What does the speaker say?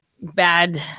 bad